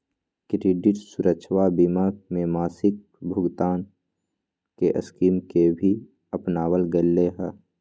credit सुरक्षवा बीमा में मासिक भुगतान के स्कीम के भी अपनावल गैले है